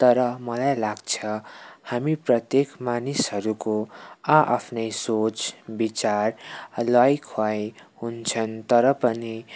तर मलाई लाग्छ हामी प्रत्येक मानिसहरूको आ आफ्नै सोच विचार ल्वाइ खुवाइ हुन्छन् तर पनि